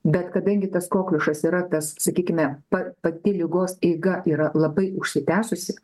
bet kadangi tas kokliušas yra tas sakykime pa pati ligos eiga yra labai užsitęsusi